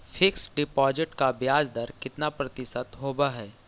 Fix deposit का ब्याज दर कितना प्रतिशत होब है?